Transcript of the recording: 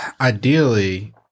Ideally